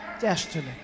Destiny